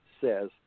says